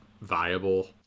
viable